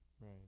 Right